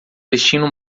destino